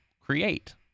create